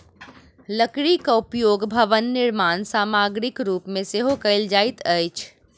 लकड़ीक उपयोग भवन निर्माण सामग्रीक रूप मे सेहो कयल जाइत अछि